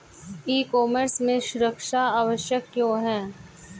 ई commerce में सुरक्षा आवश्यक क्यों है?